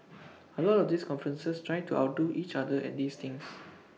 A lot of these conferences try to outdo each other at these things